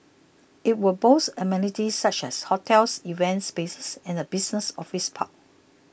it will boast amenities such as hotels events spaces and a business office park